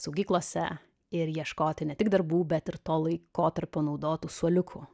saugyklose ir ieškoti ne tik darbų bet ir tuo laikotarpiu naudotų suoliukų